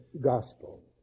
Gospel